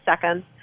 seconds